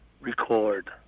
record